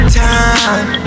time